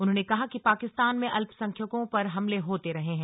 उन्होंने कहा कि पाकिस्तान में अल्पसंख्यकों पर हमले होते रहे हैं